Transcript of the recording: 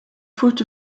foot